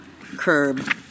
curb